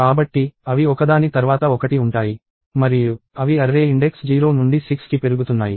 కాబట్టి అవి ఒకదాని తర్వాత ఒకటి ఉంటాయి మరియు అవి అర్రే ఇండెక్స్ 0 నుండి 6 కి పెరుగుతున్నాయి